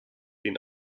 den